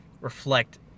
reflect